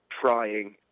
trying